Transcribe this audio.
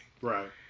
Right